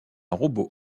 robot